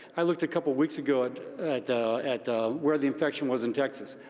i looked a couple weeks ago at at where the infection was in texas,